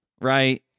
right